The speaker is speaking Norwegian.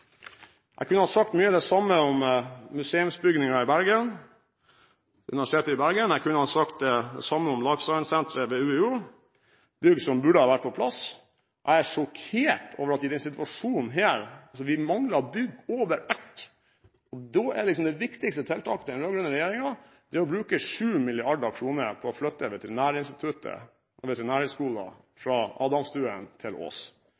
Jeg kunne sagt mye av det samme om museumsbygningen ved Universitetet i Bergen, og jeg kunne ha sagt det samme om Life Science-senteret ved Universitet i Oslo – bygg som burde vært på plass. Jeg er sjokkert over, i denne situasjonen hvor vi mangler bygg overalt, at det viktigste tiltaket til den rød-grønne regjeringen er å bruke 7 mrd. kr på å flytte Veterinærinstituttet og Veterinærhøgskolen fra Adamstuen til Ås.